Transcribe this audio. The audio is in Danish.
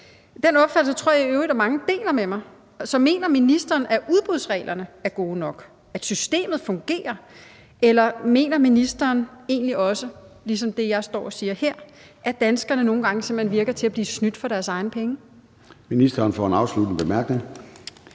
Den opfattelse tror jeg i øvrigt mange deler med mig. Så mener ministeren, at udbudsreglerne er gode nok, og at systemet fungerer? Eller mener ministeren egentlig også, ligesom det, jeg står og siger her, at danskerne nogle gange simpelt hen virker til at blive snydt for deres egne penge? Kl. 13:46 Formanden (Søren